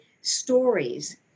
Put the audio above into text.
stories